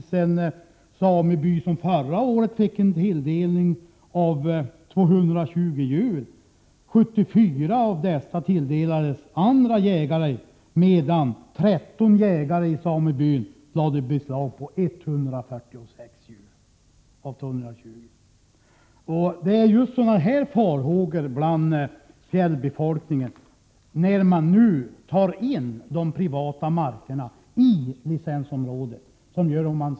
Förra året fick en sameby tilldelning på 220 djur. 74 av dessa tilldelades jägare från annat håll, medan 13 jägare i samebyn lade beslag på 146 djur av dessa 220. Det uppstår farhågor bland fjällbefolkningen när privata marker tas med i licensområdet.